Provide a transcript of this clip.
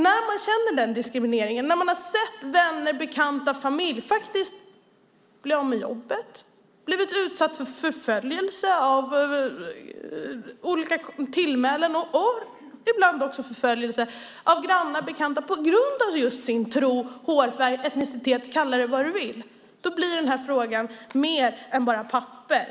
När man känner diskrimineringen, när man sett vänner, bekanta och familj bli av med jobbet, bli utsatta för förföljelse och olika tillmälen på grund av tro, hårfärg, etnicitet, ja, kalla det vad du vill, då blir den här frågan mer än bara ord på ett papper.